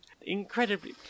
incredibly